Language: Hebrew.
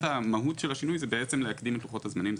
המהות פה היא להקדים את לוחות הזמנים.